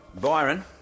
Byron